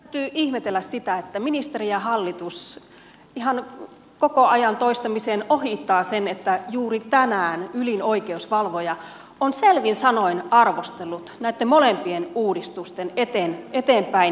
täytyy ihmetellä sitä että ministeri ja hallitus ihan koko ajan toistamiseen ohittavat sen että juuri tänään ylin oikeusvalvoja on selvin sanoin arvostellut näitten molempien uudistusten eteenpäinviemistä